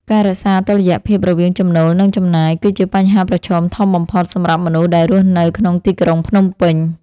ការរក្សាតុល្យភាពរវាងចំណូលនិងចំណាយ គឺជាបញ្ហាប្រឈមធំបំផុតសម្រាប់មនុស្សដែលរស់នៅក្នុងទីក្រុងភ្នំពេញ។